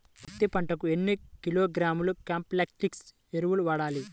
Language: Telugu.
పత్తి పంటకు ఎన్ని కిలోగ్రాముల కాంప్లెక్స్ ఎరువులు వాడాలి?